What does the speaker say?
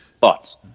thoughts